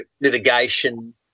litigation